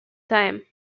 time